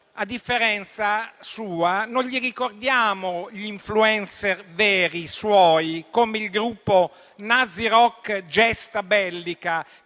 a differenza sua, non gli ricordiamo gli *influencer* veri, i suoi, come il gruppo nazirock Gesta Bellica,